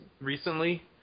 recently